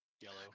yellow